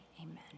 amen